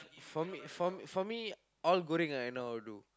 for me for me for me all goreng I know how to do